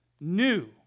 new